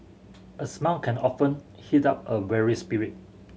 a smile can often heat up a weary spirit